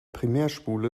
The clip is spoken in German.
primärspule